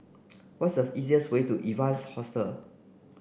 what's a easiest way to Evans Hostel